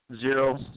zero